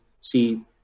see